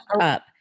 up